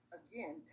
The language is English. again